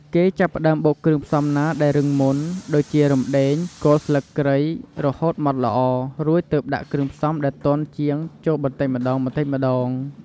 គេចាប់ផ្ដើមបុកគ្រឿងផ្សំណាដែលរឹងមុន ដូចជា រំដេង គល់ស្លឹកគ្រៃ រហូតម៉ដ្ឋល្អ រួចទើបដាក់គ្រឿងផ្សំដែលទន់ជាងចូលបន្តិចម្ដងៗ។